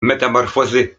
metamorfozy